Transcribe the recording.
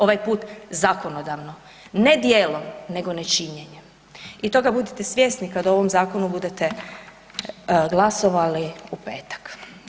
Ovaj put zakonodavno, ne djelom, nego nečinjenjem i toga budite svjesni kad o ovom zakonu budete glasovali u petak.